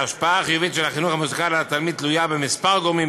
כי ההשפעה החיובית של החינוך המוזיקלי על התלמיד תלויה בכמה גורמים,